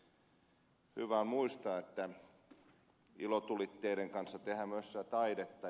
on hyvä muistaa että ilotulitteiden kanssa tehdään myös taidetta